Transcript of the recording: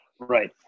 Right